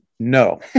no